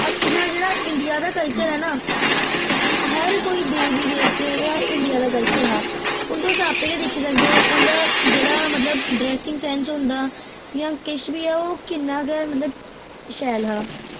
अपने जेह्ड़ा इंडिया दा कल्चर ऐ ना हर कोई देवी देवते ओह्दा इंडिया दा कल्चर हा हुन तुस आपें के दिक्खी सकदे हो औंदा जेह्ड़ा मतलब ड्रेसिंग सेंस होंदा जां किश बी ऐ ओह् मतलब किन्ना गे शैल हा ओह्